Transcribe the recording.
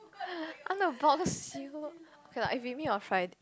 I want to box you okay lah if we meet on fri~